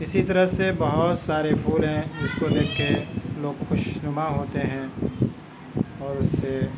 اِسی طرح سے بہت سارے پھول ہیں جس کو دیکھ کے لوگ خوش نما ہوتے ہیں اور اُس سے